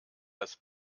das